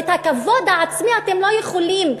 את הכבוד העצמי אתם לא יכולים.